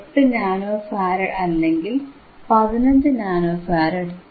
8 nano farad അല്ലെങ്കിൽ 15 nano farad